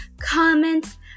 comments